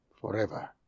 forever